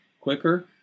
quicker